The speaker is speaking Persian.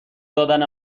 دادن